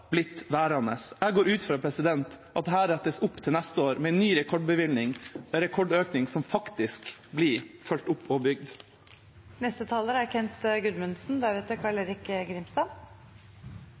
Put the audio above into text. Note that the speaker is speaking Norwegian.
blitt værende. Jeg går ut fra at dette rettes opp til neste år med en ny rekordbevilgning, en rekordøkning som faktisk blir fulgt opp og bygd. Det er